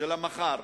של המחר.